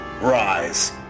rise